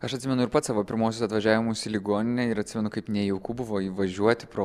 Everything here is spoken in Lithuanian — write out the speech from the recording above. aš atsimenu ir pats savo pirmuosius atvažiavimus į ligoninę ir atsimenu kaip nejauku buvo įvažiuoti pro